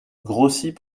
grossit